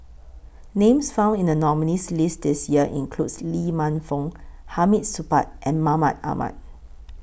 Names found in The nominees' list This Year includes Lee Man Fong Hamid Supaat and Mahmud Ahmad